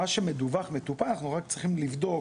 מה שמדווח מטופל, אנחנו רק צריכים לבדוק